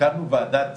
הקמנו ועדת